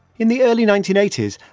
in the early nineteen eighty s,